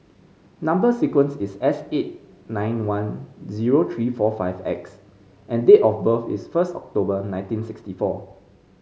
number sequence is S eight nine one zero three four five X and date of birth is first October nineteen sixty four